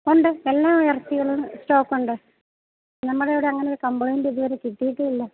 ഉണ്ട് എല്ലാ ഇറച്ചികളും സ്റ്റോക്കുണ്ട് നമ്മുടെ ഇവിടെ അങ്ങനെ ഒരു കംപ്ലയിൻ്റ് ഇതു വരെ കിട്ടിയിട്ടേയില്ല